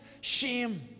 shame